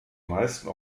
meisten